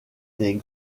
des